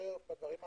מאשר בדברים האחרים,